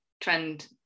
Trend